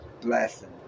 blessing